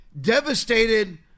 devastated